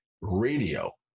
radio